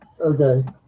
Okay